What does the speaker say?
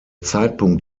zeitpunkt